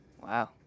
Wow